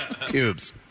Cubes